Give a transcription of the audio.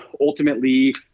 ultimately